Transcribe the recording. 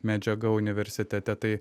medžiaga universitete tai